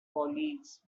colleagues